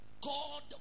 God